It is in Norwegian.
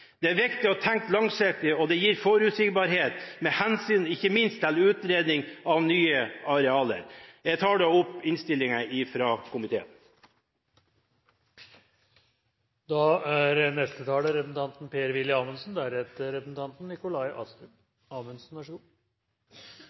Det er viktig å tenke langsiktig, og det gir forutsigbarhet, ikke minst med hensyn til utredning av nye arealer. Jeg